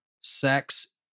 sex